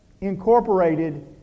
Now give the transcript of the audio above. incorporated